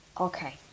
okay